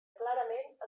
clarament